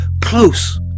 close